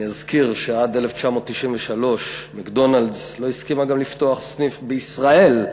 אני אזכיר שעד 1993 "מקדונלד'ס" לא הסכימה גם לפתוח סניף בישראל,